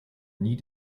nie